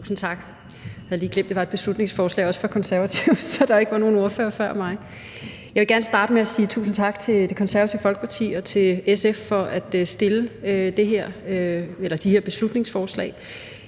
Tusind tak. Jeg havde lige glemt, at der også var et beslutningsforslag fra De Konservative, og at der derfor ikke var en konservativ ordfører før mig. Jeg vil gerne starte med at sige tusind tak til Det Konservative Folkeparti og til SF for at fremsætte de her beslutningsforslag.